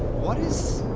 what is.